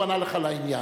הוא ענה לך לעניין.